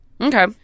Okay